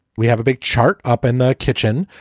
we have a big chart up in the kitchen,